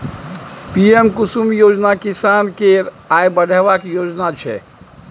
PM Kusum योजना किसान केर आय बढ़ेबाक योजना छै